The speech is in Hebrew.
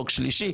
חוק שלישי,